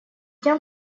тем